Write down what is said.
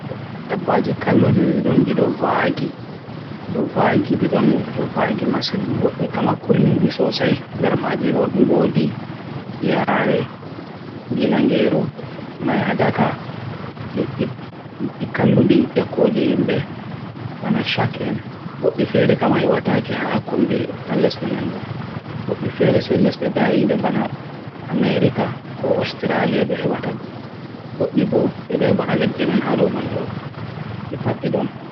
Dabbaaji kalluɗi kani ɗiɗon ɗiɗo waagi ɓe ɗon feere feere e nder leydi, e ɓe woodi heddorde. Nyaari ɓe woni koɓoraaji, paitoonaaji, viper, e rattlesnakes. Liɗɗe ɓe woodi igoonaaji, geekoji, shameleyoji, e monitor liɗɗe. Turtli ɓe jogii rewɓe e leydi ndiyam e leydi mbuddi. Korkoɗe ɓe woodi korkoɗe Naayil e korkoɗe saltwater, e alligatoore ɓe woodi e Amerik Fombina e Chaayna. Komodo dragoon woni liɗɗo ɓuri ngoni e gollal, e geekoji ɓe fowru waɗi habɓu laawol e hoore. Skiŋk ɓe woodi liɗɗe rewɓe kadi waɗi yamirde e wuli, tee gila monster woni njedɗo naatnata e rewɓe ɓe leydi Amerik. Tuatara, rewɓe njiyɗe e New Zealand, woni liɗɗe kamɓe tee rewɓe ɓe woodi ɓurngol.